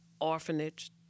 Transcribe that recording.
orphanage